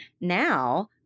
Now